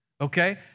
okay